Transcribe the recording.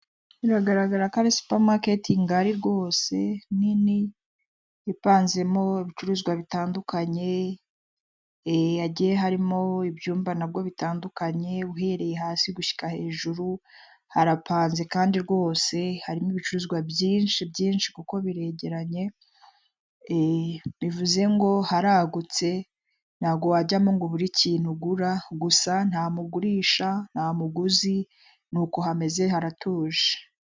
Biragaragara ko ari supamaketi ngari rwose nini, ipanzemo ibicuruzwa bitandukanye, hagiye harimo ibyumba nabwo bitandukanye uhereye hasi gushika hejuru, harapanze kandi rwose, harimo ibicuruzwa byinshi byinshi kuko biregeranye, bivuze ngo haragutse ntabwo wajyamo ngo buri ikintu ugura, gusa ntamugurisha nta muguzi, nuko hameze haratuje.